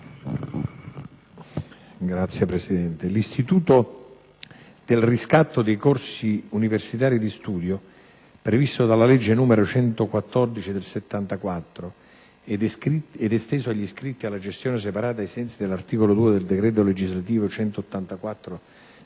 Signora Presidente, l'istituto del riscatto dei corsi universitari di studio, previsto dalla legge n. 114 del 1974 ed esteso agli iscritti alla gestione separata, ai sensi dell'articolo 2 del decreto legislativo n.